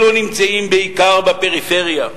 אלו נמצאים בעיקר בפריפריה,